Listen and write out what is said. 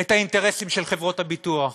את האינטרסים של חברות הביטוח.